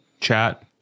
Chat